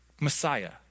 Messiah